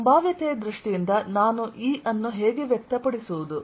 ಸಂಭಾವ್ಯತೆಯ ದೃಷ್ಟಿಯಿಂದ ನಾನು E ಅನ್ನು ಹೇಗೆ ವ್ಯಕ್ತಪಡಿಸುವುದು